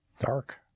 Dark